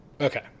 Okay